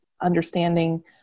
understanding